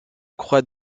croix